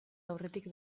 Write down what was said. aurretik